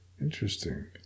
Interesting